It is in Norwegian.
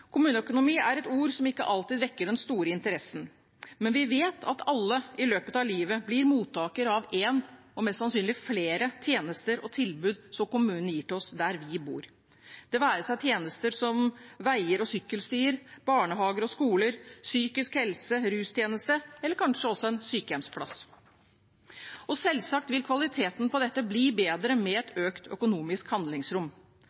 Kommuneøkonomi er et ord som ikke alltid vekker den store interessen, men vi vet at alle i løpet av livet blir mottaker av en og mest sannsynlig flere tjenester og tilbud som kommunen gir oss der vi bor – det være seg tjenester som veier og sykkelstier, barnehager og skoler, psykisk helse, rustjeneste eller kanskje også en sykehjemsplass. Selvsagt vil kvaliteten på dette bli bedre med et